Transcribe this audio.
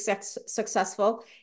successful